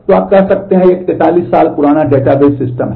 तो आप कह सकते हैं यह एक 43 साल पुराना डेटाबेस सिस्टम है